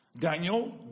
Daniel